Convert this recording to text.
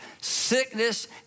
sickness